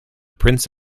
prince